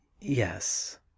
Yes